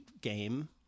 game